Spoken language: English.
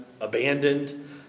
abandoned